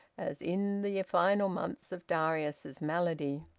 as in the final months of darius's malady.